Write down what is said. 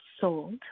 sold